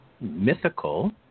mythical